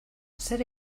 zer